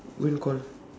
call